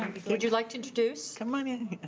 would you like to introduce? come on in.